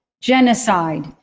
genocide